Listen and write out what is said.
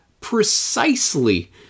precisely